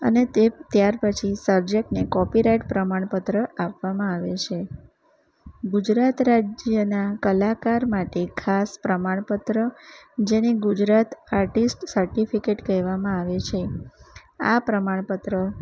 અને તે ત્યાર પછી સર્જકને કોપીરાઇટ પ્રમાણપત્ર આપવામાં આવે છે ગુજરાત રાજ્યના કલાકાર માટે ખાસ પ્રમાણપત્ર જેને ગુજરાત આર્ટિસ્ટ સર્ટીફીકેટ કહેવામાં આવે છે આ પ્રમાણપ્રત્ર